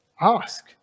Ask